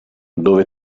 dove